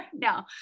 No